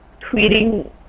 tweeting